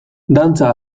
dantza